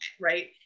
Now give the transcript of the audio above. right